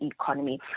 economy